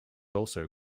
also